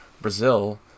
Brazil